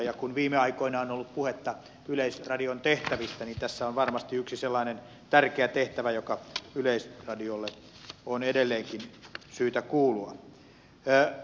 ja kun viime aikoina on ollut puhetta yleisradion tehtävistä niin tässä on varmasti yksi sellainen tärkeä tehtävä joka yleisradiolle on edelleenkin syytä kuulua